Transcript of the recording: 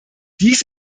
dies